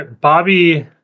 Bobby